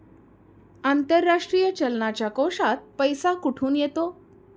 आंतरराष्ट्रीय चलनाच्या कोशात पैसा कुठून येतो?